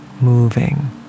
moving